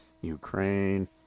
Ukraine